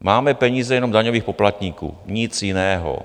Máme peníze jenom daňových poplatníků, nic jiného.